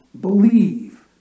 believe